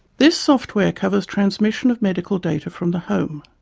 this software covers transmission of medical data from the home,